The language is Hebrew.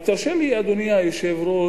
תרשה לי, אדוני היושב-ראש,